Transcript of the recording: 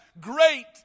great